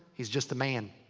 he's just a man.